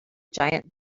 giant